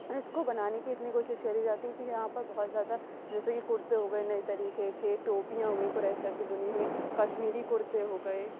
اور اس کو بنانے کی اتنی کوشش کری جاتی ہے کہ یہاں پر بہت زیادہ جیسے کہ کرتے ہوگیے نئی طریقے کے ٹوپیاں ہوگئیں کروسیا کی بنی ہوئی کشمیری کرتے ہوگیے